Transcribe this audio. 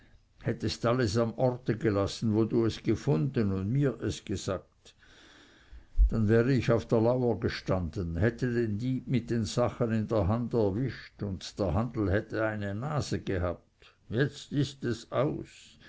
hättest alles am orte gelassen wo du es gefunden und mir es gesagt dann wäre ich auf der lauer gestanden hätte den dieb mit den sachen in der hand erwischt und der handel hätte eine nase gehabt jetzt ist es aus